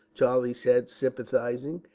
charlie said sympathizingly,